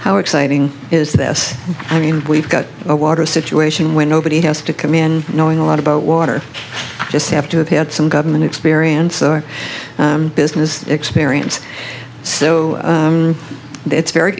how exciting is this i mean we've got a water situation where nobody has to come in knowing a lot about water just have to have had some government experience our business experience so it's very